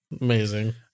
Amazing